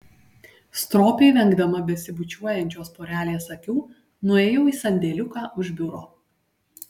stropiai vengdama besibučiuojančios porelės akių nuėjau į sandėliuką už biuro